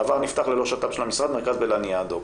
בעבר נפתח ללא שת"פ של המשרד מרכז בלניאדו.